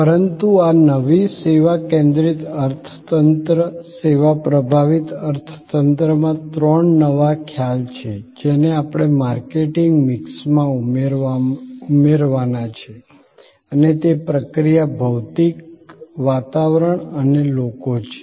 પરંતુ આ નવી સેવા કેન્દ્રિત અર્થતંત્ર સેવા પ્રભાવિત અર્થતંત્રમાં ત્રણ નવા ખ્યાલ છે જેને આપણે માર્કેટિંગ મિક્સમાં ઉમેરવાના છે અને તે પ્રક્રિયા ભૌતિક વાતાવરણ અને લોકો છે